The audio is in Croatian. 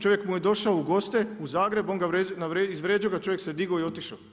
Čovjek mu je došao u goste u Zagreb, on ga izvređo čovjek se digo i otišo.